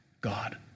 god